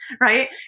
right